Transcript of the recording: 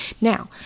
Now